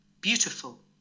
beautiful